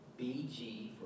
BG